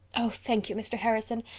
oh, thank you, mr. harrison.